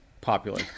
popular